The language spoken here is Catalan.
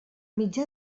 mitjà